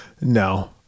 no